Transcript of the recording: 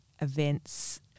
Events